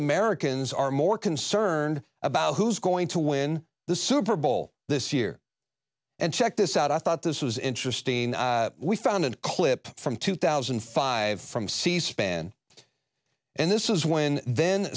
americans are more concerned about who's going to win the super bowl this year and check this out i thought this was interesting we found in a clip from two thousand and five from c span and this is when then